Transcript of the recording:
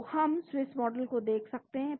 तो हम Swiss model को देख सकते हैं